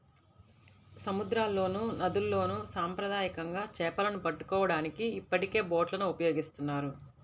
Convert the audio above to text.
సముద్రాల్లోనూ, నదుల్లోను సాంప్రదాయకంగా చేపలను పట్టుకోవడానికి ఇప్పటికే బోట్లను ఉపయోగిస్తున్నారు